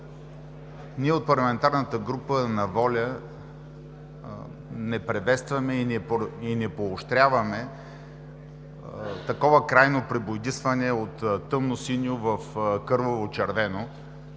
Ние от парламентарната група на „Воля“ не приветстваме и не поощряваме такова крайно пребоядисване от тъмносиньо в кървавочервено